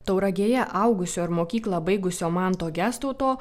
tauragėje augusio ir mokyklą baigusio manto gestauto